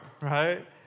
right